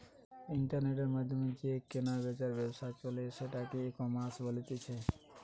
ইন্টারনেটের মাধ্যমে যে কেনা বেচার ব্যবসা চলে সেটাকে ইকমার্স বলতিছে